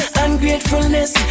ungratefulness